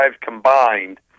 combined